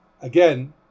Again